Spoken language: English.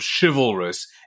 chivalrous